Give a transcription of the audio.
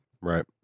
right